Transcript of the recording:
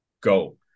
go